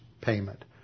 payment